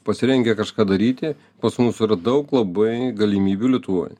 pasirengę kažką daryti pas mus yra daug labai galimybių lietuvoj